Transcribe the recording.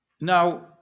Now